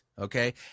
Okay